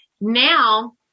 now